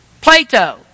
Plato